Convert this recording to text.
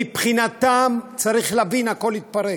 צריך להבין, מבחינתם הכול התפרק.